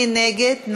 מי נגד?